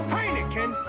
Heineken